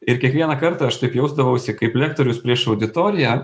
ir kiekvieną kartą aš taip jausdavausi kaip lektorius prieš auditoriją